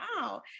wow